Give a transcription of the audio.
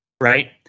right